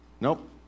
Nope